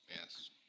yes